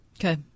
Okay